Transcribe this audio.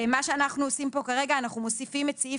מה שאנחנו עושים פה כרגע זה להוסיף את סעיף